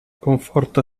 conforta